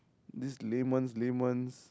this lame ones lame ones